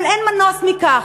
אבל אין מנוס מכך.